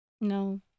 No